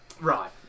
Right